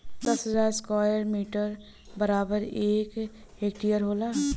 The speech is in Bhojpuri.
दस हजार स्क्वायर मीटर बराबर एक हेक्टेयर होला